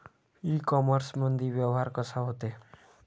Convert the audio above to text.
इ कामर्समंदी व्यवहार कसा होते?